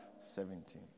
17